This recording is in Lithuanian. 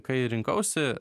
kai rinkausi